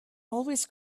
always